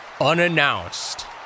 unannounced